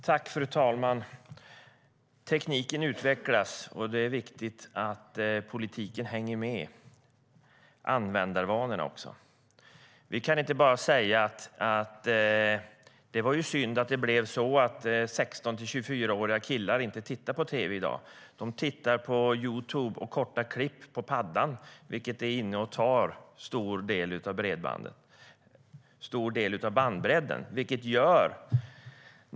Fru talman! Tekniken utvecklas, och det är viktigt att politiken och användarvanorna hänger med. Vi kan inte bara säga att det är synd att 16-24-åriga killar inte tittar på tv i dag utan på Youtube och korta klipp på "paddan", vilket upptar en stor del av bandbredden.